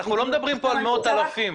לא מדברים על מאות אלפים.